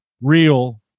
real